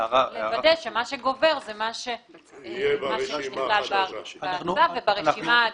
צריך לוודא שמה שגובר זה מה שנכלל בצו וברשימה העדכנית.